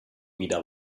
wieder